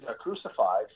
crucified